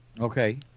Okay